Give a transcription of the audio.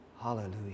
hallelujah